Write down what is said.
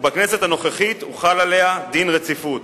ובכנסת הנוכחית הוחל עליה דין רציפות.